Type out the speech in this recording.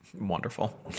Wonderful